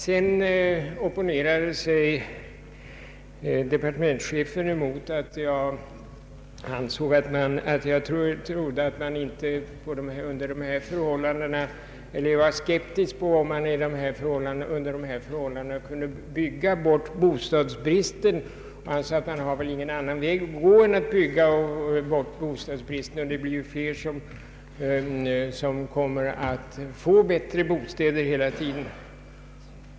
Sedan opponerade sig departementschefen emot att jag var skeptiskt inställd till att man under dessa förhållanden skulle kunna bygga bort bostadsbristen. Han sade att man inte har någon annan väg att gå än att bygga bort bostadsbristen och att det hela tiden blir flera som får bättre bostäder.